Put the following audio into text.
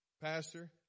Pastor